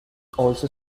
also